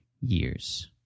years